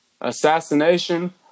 assassination